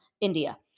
India